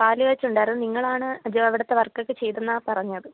പാലുകാച്ചുണ്ടായിരുന്നു നിങ്ങളാണ് അവിടുത്തെ വർക്കൊക്കെ ചെയ്തെന്നാ പറഞ്ഞത്